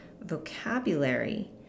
vocabulary